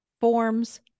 forms